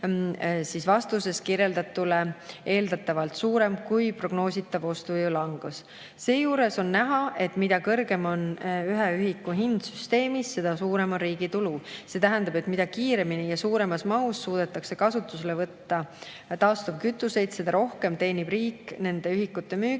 küsimuse vastuses kirjeldatule eeldatavalt suurem kui prognoositav ostujõu langus. Seejuures on näha, et mida kõrgem on ühe ühiku hind süsteemis, seda suurem on riigi tulu. See tähendab, et mida kiiremini ja suuremas mahus suudetakse kasutusele võtta taastuvkütuseid, seda rohkem teenib riik nende ühikute müügist ja seda